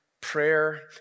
prayer